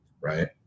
right